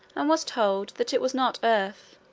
and was told that it was not earth,